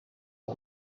n’u